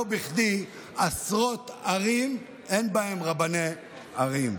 לא בכדי בעשרות ערים אין רבני ערים,